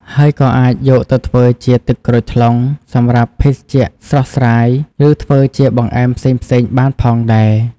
ហើយក៏អាចយកទៅធ្វើជា ទឹកក្រូចថ្លុង សម្រាប់ភេសជ្ជៈស្រស់ស្រាយ ឬធ្វើជាបង្អែមផ្សេងៗបានផងដែរ។